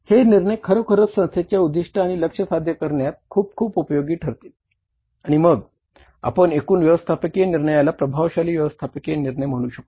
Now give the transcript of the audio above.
हे निर्णय खरोखरच संस्थेच्या उद्दीष्टे आणि लक्ष्य साध्य करण्यात खूप खूप उपयोगी ठरतील आणि मग आपण एकूण व्यवस्थापकीय निर्णयाला प्रभावशाली व्यवस्थापकीय निर्णय म्हणू शकू